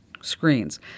screens